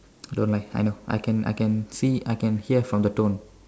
don't lie I know I can I can see I can hear from the tone